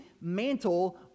mantle